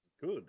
Good